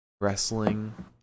wrestling